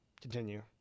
Continue